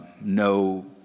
no